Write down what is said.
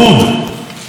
דשדוש,